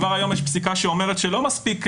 כבר היום יש פסיקה שאומרת שלא מספיק,